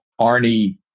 Arnie